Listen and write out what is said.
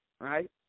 Right